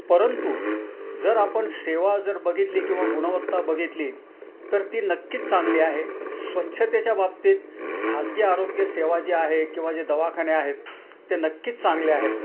परंतु जर आपण सेवा जर बघितली किंवा गुणवत्ता बघितली तर ती नक्कीच चांगली आहे स्वच्छतेच्या बाबतीत खाजगी आरोग्यसेवा जे आहे किंवा जे दवाखाने आहेत ते नक्कीच चांगले आहेत